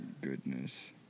Goodness